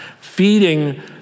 feeding